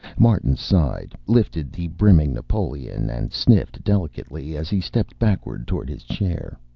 martin sighed, lifted the brimming napoleon and sniffed delicately as he stepped backward toward his chair.